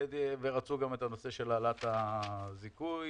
ורצו גם את העלאת הזיכוי